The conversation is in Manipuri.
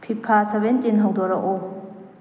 ꯐꯤꯐꯥ ꯁꯕꯦꯟꯇꯤꯟ ꯍꯧꯗꯣꯔꯛꯎ